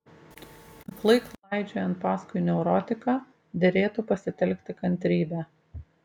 aklai klaidžiojant paskui neurotiką derėtų pasitelkti kantrybę